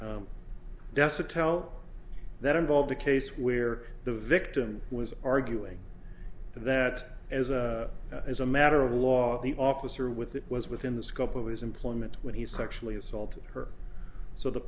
desa tell that involved a case where the victim was arguing that as a as a matter of law the officer with that was within the scope of his employment when he sexually assaulted her so the